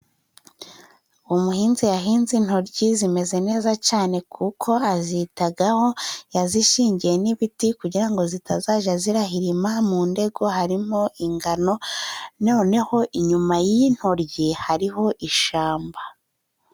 Umuhinzi yahinze intoryi zimeze neza cane kuko azitagaho, yazishingiye n'ibiti kugira ngo zitazaja zirahirima, mu ndego harimo ingano noneho inyuma y'intoyi hariho ishamba.